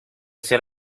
ser